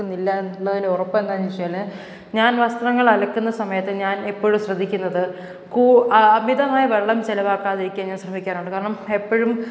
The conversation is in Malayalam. ക്കുന്നില്ല എന്നുള്ളതിന് ഉറപ്പെന്താന്ന് ചോയിച്ചാല് ഞാൻ വസ്ത്രങ്ങൾ അലക്കുന്ന സമയത്ത് ഞാൻ എപ്പോഴും ശ്രദ്ധിക്കുന്നത് കൂ അമിതമായ വെള്ളം ചിലവാക്കാതിരിക്കാൻ ഞാൻ ശ്രമിക്കാറുണ്ട് കാരണം എപ്പോഴും